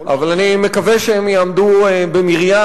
אבל אני מקווה שהם יעמדו במריים,